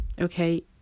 okay